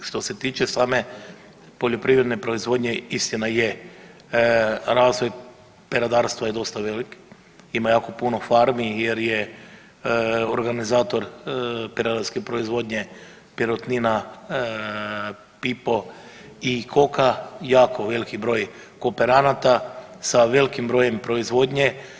Što se tiče same poljoprivredne proizvodnje istina je razvoj peradarstva je dosta velik, ima jako puno farmi jer je organizator peradarske proizvodnje Perutnina, Pipo i Koka jako veliki broj kooperanata sa jako velikim brojem proizvodnje.